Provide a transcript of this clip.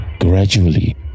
gradually